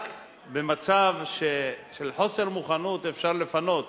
רק במצב של חוסר מוכנות אפשר לפנות.